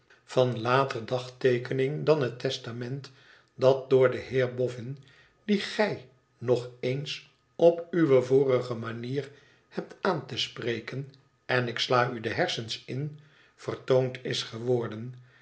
van later dagteekening dan het testament dat door den heer boffin dien gij nog ééns op uwe vorige manier hebt aan te spreken en ik sla u de hersens in vertoond is geworden